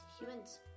humans